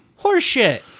Horseshit